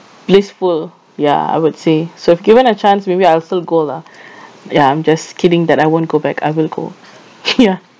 blissful ya I would say so if given a chance maybe I'll still go lah ya I'm just kidding that I won't go back I will go ya